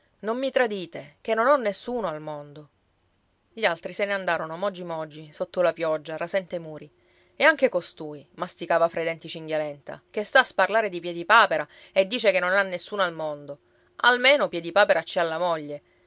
non mi tradite che non ho nessuno al mondo gli altri se ne andarono mogi mogi sotto la pioggia rasente i muri e anche costui masticava fra i denti cinghialenta che sta a sparlare di piedipapera e dice che non ha nessuno al mondo almeno piedipapera ci ha la moglie